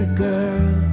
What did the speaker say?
girl